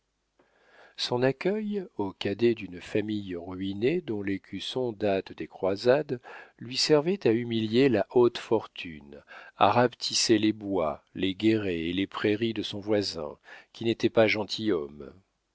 son accueil au cadet d'une famille ruinée dont l'écusson date des croisades lui servait à humilier la haute fortune à rapetisser les bois les guérets et les prairies de son voisin qui n'était pas gentilhomme